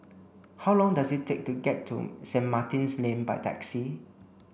how long does it take to get to Saint Martin's Lane by taxi